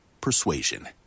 persuasion